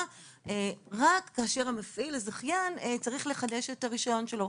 רק כאשר המפעיל הזכיין צריך לחדש את הרישיון שלו.